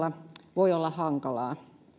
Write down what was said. voi olla hankalaa